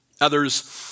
Others